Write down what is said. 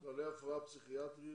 בעלי הפרעה פסיכיאטרית,